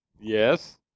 Yes